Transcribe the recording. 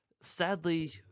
sadly